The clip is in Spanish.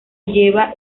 lleva